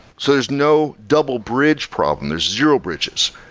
so there's no double bridge problem. there're zero bridges.